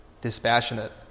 dispassionate